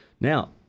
Now